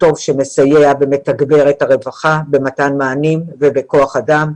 טוב שמסייע ומתגבר את הרווחה במתן מענים ובכוח אדם.